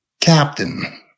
captain